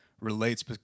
relates